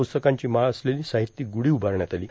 पुस्तकांची माळ असलेलां साहित्यिक गुढो उभारण्यात आलां